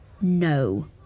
no